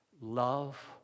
Love